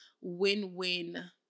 win-win